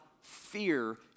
fear